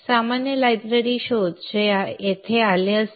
सामान्य लायब्ररी शोध जे येथे आले असते